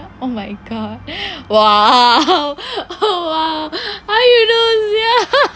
oh my god !wah! how you know sia